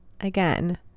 Again